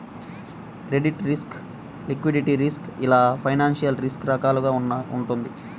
credit risk, liquidity risk ఇలా financial risk రకరకాలుగా వుంటది